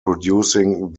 producing